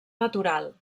natural